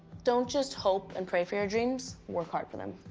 don't just hope and pray for your dreams. work hard for them.